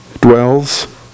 dwells